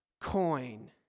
coin